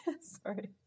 Sorry